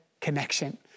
connection